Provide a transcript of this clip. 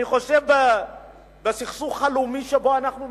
אני חושב שבסכסוך הלאומי שבו אנחנו מצויים,